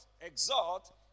Exhort